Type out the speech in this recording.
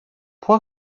που